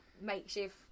makeshift